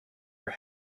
our